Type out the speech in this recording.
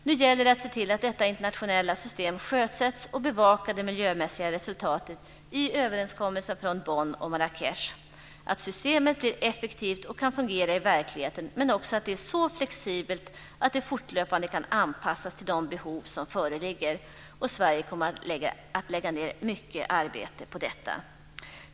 Nu gäller det att se till att detta internationella system sjösätts och bevaka de miljömässiga resultaten i överenskommelsen från Bonn och Marrakech, att systemet är effektivt och kan fungera i verkligheten men också att det är så flexibelt att det fortlöpande kan anpassas till de behov som föreligger. Sverige kommer att lägga ned mycket arbete på detta.